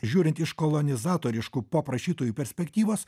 žiūrint iš kolonizatoriškų poprašytojų perspektyvos